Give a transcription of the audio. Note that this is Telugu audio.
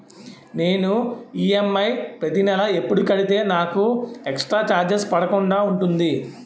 నేను ఈ.ఎమ్.ఐ ప్రతి నెల ఎపుడు కడితే నాకు ఎక్స్ స్త్ర చార్జెస్ పడకుండా ఉంటుంది?